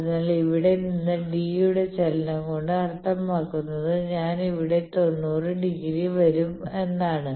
അതിനാൽ ഇവിടെ നിന്ന് d യുടെ ചലനം കൊണ്ട് അർത്ഥമാക്കുന്നത് ഞാൻ ഇവിടെ തൊണ്ണൂറ് ഡിഗ്രി വരെ വരും എന്നാണ്